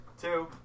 two